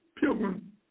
pilgrim